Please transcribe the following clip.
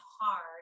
hard